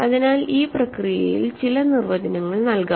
അതിനാൽ ഈ പ്രക്രിയയിൽ ചില നിർവചനങ്ങൾ നൽകാം